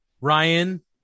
Ryan